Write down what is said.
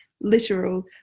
literal